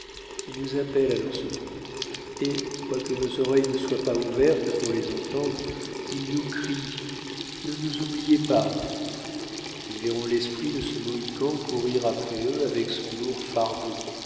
ils nous appellent à leur secours et quoique nos oreilles ne soient pas ouvertes pour les entendre ils nous crient ne nous oubliez pas quand ils verront l'esprit de ce mohican courir après eux avec son lourd fardeau